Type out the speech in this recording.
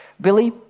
Billy